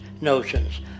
notions